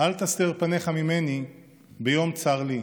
אל תסתר פניך ממני ביום צר לי".